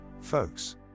folks